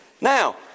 Now